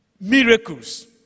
miracles